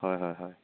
হয় হয় হয়